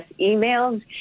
emails